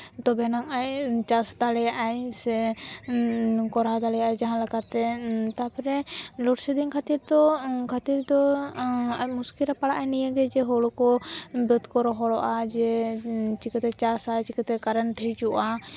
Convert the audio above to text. ᱛᱚᱵᱮ ᱮᱱᱟᱝ ᱟᱡ ᱪᱟᱥ ᱫᱟᱲᱮᱭᱟᱜᱼᱟᱭ ᱥᱮ ᱠᱚᱨᱟᱣ ᱫᱟᱲᱮᱭᱟᱜᱼᱟᱭ ᱡᱟᱦᱟᱸ ᱞᱮᱠᱟᱛᱮ ᱛᱟᱨᱯᱚᱨᱮ ᱞᱳᱰ ᱥᱮᱰᱤᱝ ᱠᱷᱟᱹᱛᱤᱨ ᱫᱚ ᱠᱷᱟᱹᱛᱤᱨ ᱫᱚ ᱟᱨ ᱢᱩᱥᱠᱤᱞ ᱨᱮ ᱯᱟᱲᱟᱜ ᱟᱭ ᱱᱤᱭᱟᱹᱜᱮ ᱡᱮ ᱦᱚᱲᱳᱼᱠᱚ ᱵᱟᱹᱫᱽ ᱠᱚ ᱨᱚᱦᱚᱲᱚᱜᱼᱟ ᱡᱮ ᱪᱤᱠᱟᱹᱛᱮ ᱪᱟᱥᱟᱭ ᱪᱤᱠᱟᱹᱛᱮ ᱠᱟᱨᱮᱱᱴ ᱦᱤᱡᱩᱜᱼᱟ